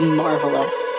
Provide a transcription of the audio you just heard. marvelous